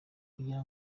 kugira